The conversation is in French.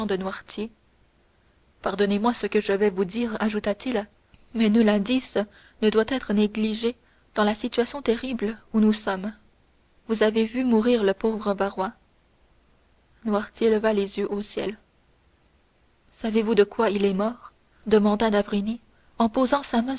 noirtier pardonnez-moi ce que je vais vous dire ajouta-t-il mais nul indice ne doit être négligé dans la situation terrible où nous sommes vous avez vu mourir le pauvre barrois noirtier leva les yeux au ciel savez-vous de quoi il est mort demanda d'avrigny en posant sa main